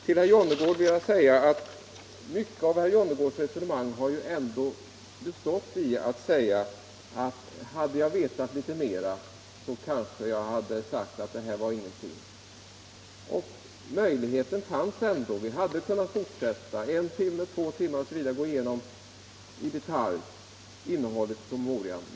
Till herr Jonnergård vill jag säga att mycket av hans resonemang har bestått i att framhålla att hade han vetat litet mer så hade han kanske sagt att det här var ingenting. Möjligheten fanns ändå. Vi hade kunnat fortsätta — en timme, två timmar osv. — och i detalj gå igenom innehållet i promemorian.